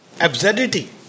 absurdity